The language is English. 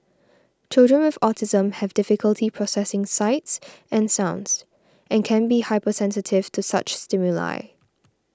children with autism have difficulty processing sights and sounds and can be hypersensitive to such stimuli